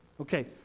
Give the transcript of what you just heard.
Okay